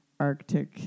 Arctic